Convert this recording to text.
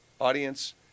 audience